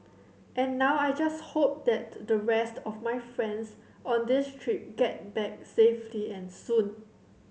and now I just hope that the rest of my friends on this trip get back safely and soon